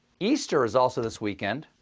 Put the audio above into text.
easter is also this weekend.